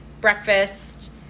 breakfast